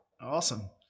Awesome